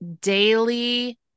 daily